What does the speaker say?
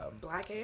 Black